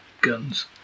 guns